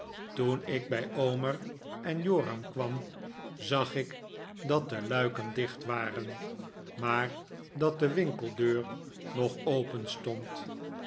toen ik bij omer en joram kwam zag ik dat de luiken dicht waren maar dat de winkeldeur nog